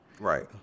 Right